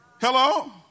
Hello